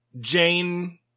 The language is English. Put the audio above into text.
Jane